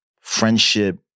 friendship